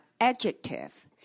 adjective